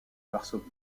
varsovie